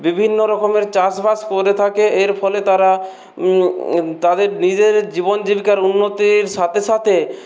বিভিন্ন রকমের চাষবাস করে থাকে এর ফলে তারা তাদের নিজেদের জীবন জীবিকার উন্নতির সাথে সাথে